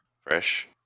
fresh